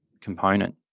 component